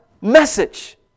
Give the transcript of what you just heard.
message